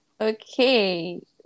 Okay